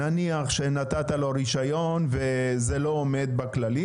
נניח שנתת לו רישיון וזה לא עומד בכללים.